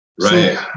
right